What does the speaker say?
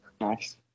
Nice